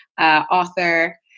author